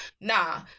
nah